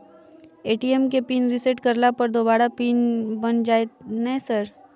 ATM केँ pin reset करला पर दोबारा पिन बन जाइत नै सर?